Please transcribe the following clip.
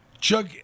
Chuck